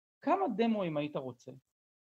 כמה דמויים היית רוצה?